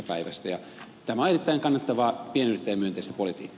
päivästä ja teemailtojen kannettava yhteinen kesä oli